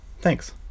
Thanks